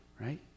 right